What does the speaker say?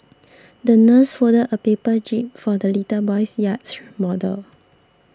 the nurse folded a paper jib for the little boy's yacht model